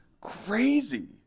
crazy